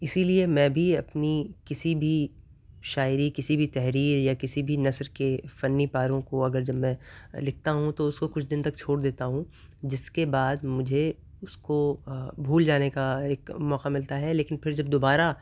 اسی لیے میں بھی اپنی کسی بھی شاعری کسی بھی تحریر یا کسی بھی نثر کے فنی پاروں کو اگر جب میں لکھتا ہوں تو اس کو کچھ دن تک چھوڑ دیتا ہوں جس کے بعد مجھے اس کو بھول جانے کا ایک موقع ملتا ہے لیکن پھر جب دوبارہ